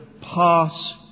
pass